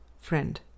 Friend